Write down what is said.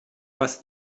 was